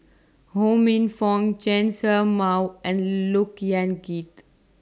Ho Minfong Chen Show Mao and Look Yan Kit